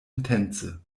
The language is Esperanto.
intence